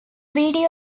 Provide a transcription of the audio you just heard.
video